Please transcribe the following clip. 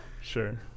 Sure